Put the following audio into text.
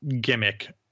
gimmick